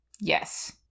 Yes